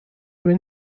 when